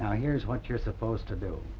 now here's what you're supposed to do